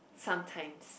sometimes